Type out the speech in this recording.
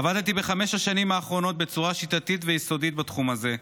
עבדתי בחמש השנים האחרונות בצורה שיטתית ויסודית בתחום הזה.